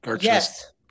yes